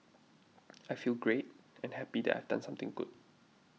I feel great and happy that I've done something good